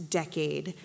decade